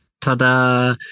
Ta-da